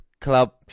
club